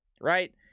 Right